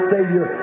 Savior